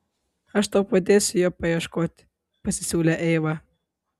aš tau padėsiu jo paieškoti pasisiūlė eiva